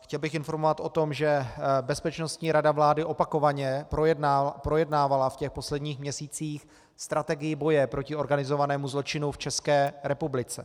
Chtěl bych informovat o tom, že bezpečnostní rada vlády opakovaně projednávala v posledních měsících strategii boje proti organizovanému zločinu v České republice.